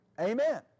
Amen